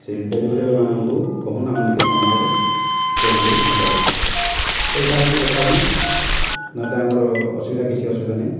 ସେହି delivery boy ମାନଙ୍କୁ କୁହନ୍ତୁ ଆମର ନିକେ ସାମାନଟାକୁ ଜଲ୍ଦି କରି ପହଞ୍ଚାଇବେ ତ ଏଇଟା ହେଉଛି କଥା ଆଜ୍ଞା ନହେଲେ ଆମର ଅସୁବିଧା କିଛି ଅସୁବିଧା ନାହିଁ